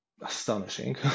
astonishing